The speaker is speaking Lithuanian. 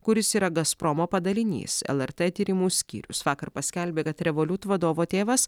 kuris yra gazpromo padalinys lrt tyrimų skyrius vakar paskelbė kad revolut vadovo tėvas